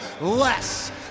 less